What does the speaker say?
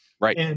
Right